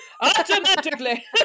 automatically